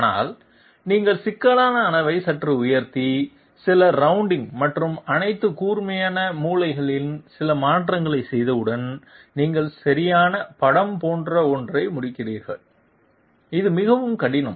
ஆனால் நீங்கள் சிக்கலான அளவை சற்று உயர்த்தி சில ரவுண்டிங் மற்றும் அனைத்து கூர்மையான மூலைகளின் சில மாற்றங்களை செய்தவுடன் நீங்கள் சரியான படம் போன்ற ஒன்றை முடிக்கிறீர்கள் அது மிகவும் கடினம்